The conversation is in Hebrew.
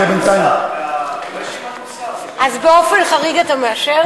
אז באופן חריג אתה מאשר?